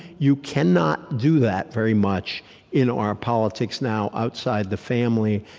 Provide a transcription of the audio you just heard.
you cannot do that very much in our politics now outside the family,